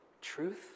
truth